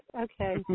Okay